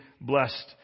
blessed